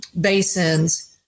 basins